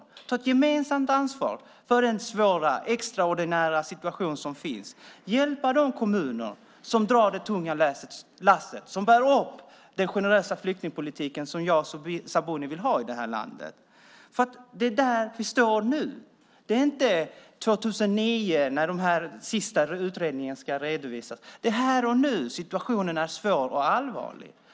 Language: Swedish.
Vi måste ta ett gemensamt ansvar för den svåra extraordinära situationen. Vi måste hjälpa de kommuner som drar det tunga lasset och bär upp den generösa flyktingpolitik som jag och Sabuni vill ha här i landet. Det är där vi står nu. Det är inte 2009 när den sista utredningen ska redovisas. Det är här och nu situationen är svår och allvarlig.